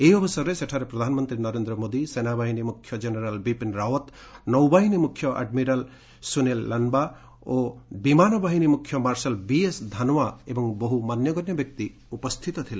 ଏହି ଅବସରରେ ସେଠାରେ ପ୍ରଧାନମନ୍ତୀ ନରେନ୍ଦ୍ର ମୋଦି ସେନାବାହିନୀ ମୁଖ୍ୟ ଜେନେରାଲ ବିପିନ ରାଓ୍ୱତ ନୌବାହିନୀ ମୁଖ୍ୟ ଆଡମିରାଲ ସ୍ୱନୀଲ ଲାନ୍ବା ଓ ବିମାନ ବାହିନୀ ମୁଖ୍ୟ ମାର୍ଶାଲ ବିଏସ୍ ଧନୋଓ୍ୱା ଏବଂ ବହୁ ମାନ୍ୟଗଣ୍ୟ ବ୍ୟକ୍ତି ଉପସ୍ଥିତ ଥିଲେ